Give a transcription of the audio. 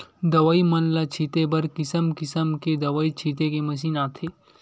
दवई मन ल छिते बर किसम किसम के दवई छिते के मसीन आथे